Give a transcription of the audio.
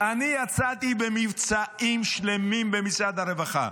אני יצאתי במבצעים שלמים במשרד הרווחה,